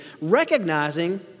recognizing